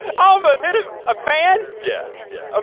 i almost hit a ah fan? yeah, yeah, um